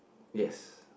yes